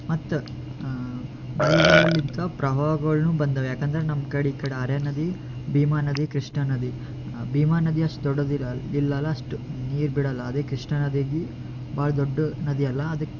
ಮತ್ತು ಮಳಿಗಾಲದಲ್ಲಿದ್ದ ಪ್ರವಾಹಗಳೂ ಬಂದವೆ ಯಾಕಂದರೆ ನಮ್ಮ ಕಡೆ ಈ ಕಡೆ ಹರ್ಯ ನದಿ ಭೀಮಾ ನದಿ ಕೃಷ್ಣಾ ನದಿ ಭೀಮಾ ನದಿ ಅಷ್ಟು ದೊಡ್ಡದು ಇಲ್ಲ ಇಲ್ಲ ಅಷ್ಟು ನೀರು ಬಿಡೋಲ್ಲ ಅದೇ ಕೃಷ್ಣಾ ನದಿಗೆ ಭಾಳ ದೊಡ್ಡ ನದಿಯಲ್ವ ಅದಕ್ಕೆ